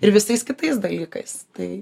ir visais kitais dalykais tai